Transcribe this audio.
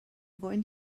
going